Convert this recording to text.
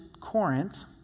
Corinth